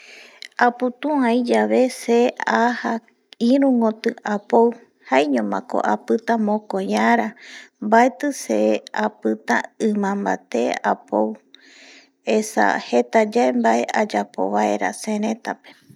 Aputu ai yave se aja iru koti apou jaeiñomako apita mokoi ara, baeti se apita imamabate apou, esa jeta yae bae ayapo baera sereta pe